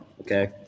Okay